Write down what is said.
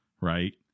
Right